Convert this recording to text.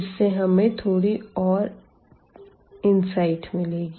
इस से हमें थोड़ी और इनसाइट मिलेगी